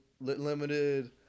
limited